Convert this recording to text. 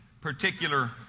particular